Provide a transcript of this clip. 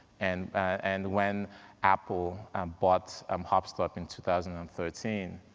and and when apple um bought um hopstop in two thousand and thirteen